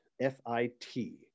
F-I-T